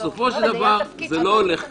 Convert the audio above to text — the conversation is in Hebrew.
בסופו של דבר זה לא הולך ככה.